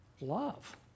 Love